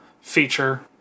feature